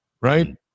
right